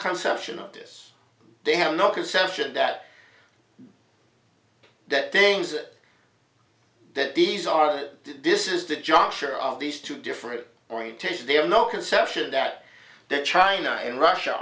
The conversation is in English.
conception of this they have no conception that that dame's it that these are that this is the juncture of these two different orientation there are no conception that that china and russia